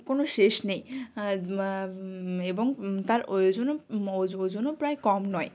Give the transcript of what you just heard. কোনো শেষ নেই এবং তার ওয়জনও ওজনও প্রায় কম নয়